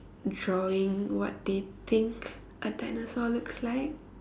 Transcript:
drawing what they think a dinosaur looks like